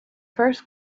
first